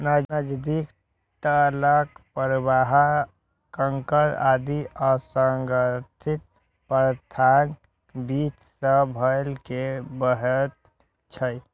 नदीक तलक प्रवाह कंकड़ आदि असंगठित पदार्थक बीच सं भए के बहैत छै